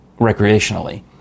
recreationally